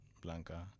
Blanca